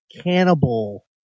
cannibal